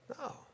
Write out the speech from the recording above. No